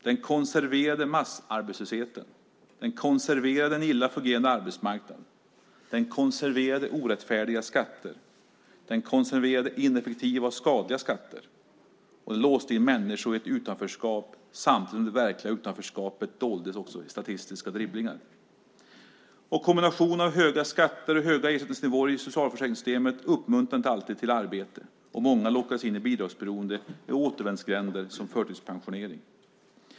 Den konserverade massarbetslösheten. Den konserverade en illa fungerande arbetsmarknad. Den konserverade orättfärdiga skatter. Den konserverade ineffektiva och skadliga skatter. Och den låste in människor i ett utanförskap, samtidigt som det verkliga utanförskapet doldes genom statistiska dribblingar. Kombinationen av höga skatter och höga ersättningsnivåer i socialförsäkringssystemet uppmuntrade inte alltid till arbete. Och många lockades in i bidragsberoende och i återvändsgränder som förtidspensionering.